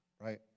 Right